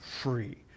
free